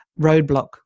roadblock